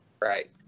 Right